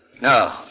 No